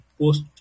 post